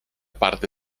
parte